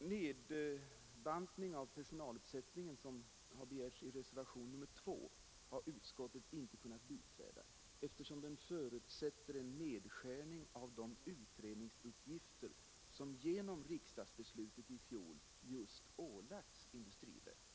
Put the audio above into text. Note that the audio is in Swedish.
nedbantning av personaluppsättningen som begärts motionsledes och i reservationen 2 har utskottsmajoriteten inte kunnat biträda, eftersom den förutsätter en nedskärning av de utredningsuppgifter som genom riksdagsbeslutet i fjol just ålagts industriverket.